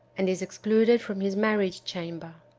and is excluded from his marriage-chamber.